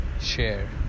share